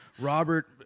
robert